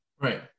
Right